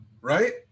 right